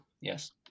Yes